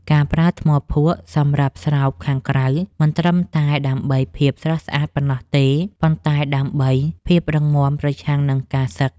ការប្រើថ្មភក់សម្រាប់ស្រោបខាងក្រៅមិនត្រឹមតែដើម្បីភាពស្រស់ស្អាតប៉ុណ្ណោះទេ ប៉ុន្តែដើម្បីភាពរឹងមាំប្រឆាំងនឹងការសឹក។